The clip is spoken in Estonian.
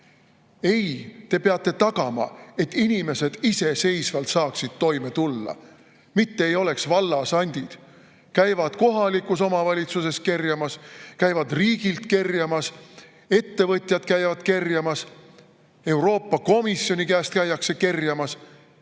Ei, te peate tagama, et inimesed iseseisvalt saaksid toime tulla, mitte ei oleks vallasandid. Käivad kohalikus omavalitsuses kerjamas, käivad riigilt kerjamas, ettevõtjad käivad kerjamas, Euroopa Komisjoni käest käiakse kerjamas